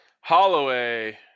holloway